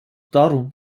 darum